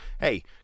Hey